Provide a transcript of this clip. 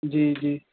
जी जी